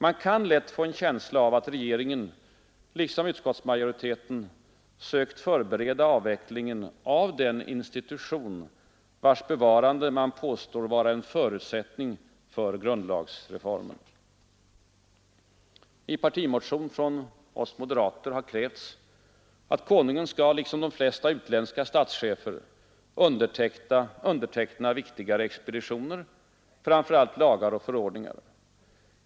Man kan lätt få en känsla av att regeringen, liksom utskottsmajoriteten, sökt förbereda avvecklingen av den institution, vars bevarande man påstår vara en förutsättning för grundlagsreformen. I partimotion från oss moderater har krävts, att konungen skall liksom de allra flesta utländska statschefer — underteckna viktigare expeditioner, framför allt lagar och förordningar.